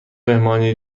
مهمانی